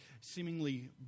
seemingly